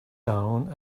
down